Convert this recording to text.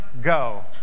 go